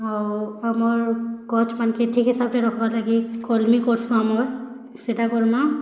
ଆଉ ଆମର୍ ଗଛ୍ ମାନ୍ କେ ଠିକ୍ ହିସାବରେ ରଖବା ଲାଗି କଲମି ଗଛ୍ ଆମର୍ ସେଟା କରମାଁ